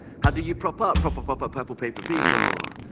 how do you prop up prop up pop-up purple paper people?